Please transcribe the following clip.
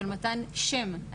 גם ביומיום,